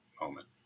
moment